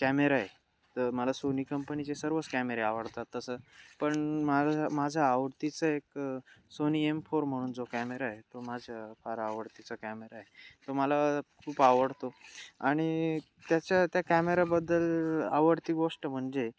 camera आहे तर मला सोनी कंपनीचे सर्वच कॅमेरे आवडतात तसं पण माझ माझं आवडतीचं एक सोनी एम फोर म्हणून जो कॅमेरा आहे तो माझा फार आवडतीचा कॅमेरा आहे तो मला खूप आवडतो आणि त्याच्या त्या कॅमेराबद्दल आवडती गोष्ट म्हणजे